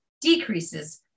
decreases